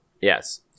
Yes